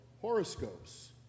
horoscopes